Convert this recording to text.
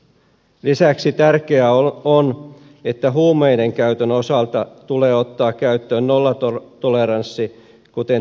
lisäksi tärkeää on että huumeiden käytön osalta tulee ottaa käyttöön nollatoleranssi kuten tieliikenteessä